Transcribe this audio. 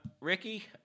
Ricky